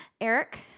Eric